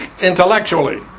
intellectually